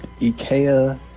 Ikea